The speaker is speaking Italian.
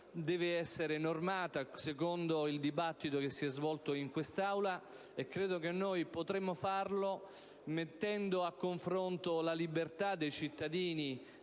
deve essere normata secondo il dibattito che si è svolto in quest'Aula, e credo che potremo farlo mettendo a confronto la libertà dei cittadini